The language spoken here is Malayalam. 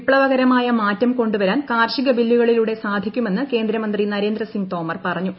വിപ്തവകരമായ മാറ്റം കൊണ്ടുവരാൻ കാർഷികബില്ലുകളിലൂടെ സാധിക്കുമെന്ന് കേന്ദ്രമന്ത്രി നരേന്ദ്രസിംഗ് തോമർ പറഞ്ഞു